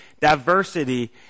diversity